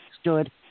stood